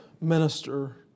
minister